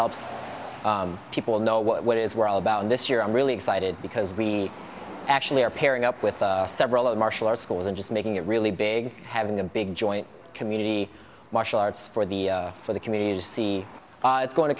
helps people know what it is we're all about and this year i'm really excited because we actually are pairing up with several of martial arts schools and just making it really big having a big joint community martial arts for the for the community you see it's going to